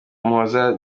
umuhoza